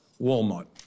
Walmart